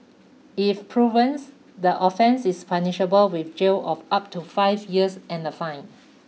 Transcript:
if proven the offence is punishable with jail of up to five years and a fine